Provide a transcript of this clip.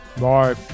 Bye